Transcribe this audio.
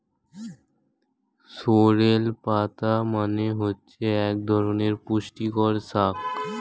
sorrel পাতা মানে হচ্ছে এক ধরনের পুষ্টিকর শাক